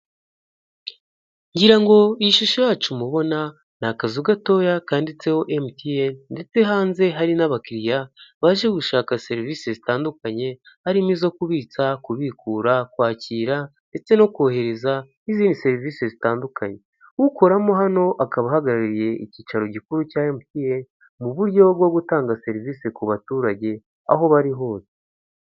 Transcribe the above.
Ngira ngo iyi shusho yacu mubona ni akazu gatoya kanditseho emutiyeni ndetse hanze hari n'abakiriya baje gushaka serivisi zitandukanye harimo izo kubitsa, kubikura, kwakira ndetse no kohereza n'izindi serivisi zitandukanye ukoramo hano akaba ahagarariye icyicaro gikuru cya mp mu buryo bwo gutanga serivisi ku baturage aho bari hose.